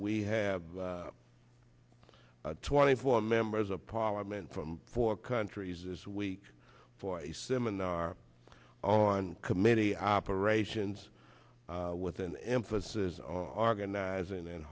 we have twenty four members of parliament from four countries this week for a seminar on committee operations with an emphasis on organizing and